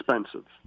expensive